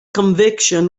conviction